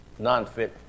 Nonfit